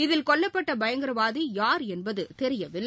இதில் கொல்லப்பட்ட பயங்கரவாதி யார் என்பது தெரியவில்லை